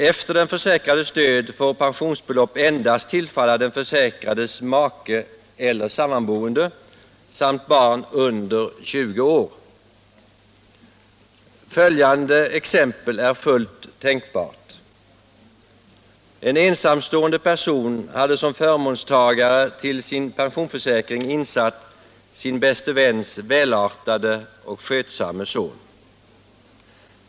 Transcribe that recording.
Efter den försäkrades död får pensionsbelopp endast tillfalla den försäkrades make eller sammanboende samt barn under 20 år. Följande exempel är fullt tänkbart. En ensamstående person hade som förmånstagare till sin pensionsförsäkring insatt sin bäste väns välartade och skötsamme son.